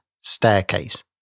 staircase